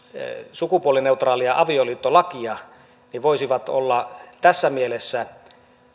sukupuolineutraalia avioliittolakia voisivat olla tässä mielessä